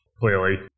clearly